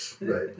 Right